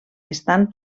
estan